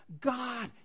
God